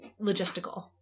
logistical